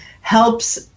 helps